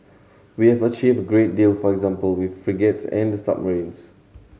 we have achieved a great deal for example with frigates and the submarines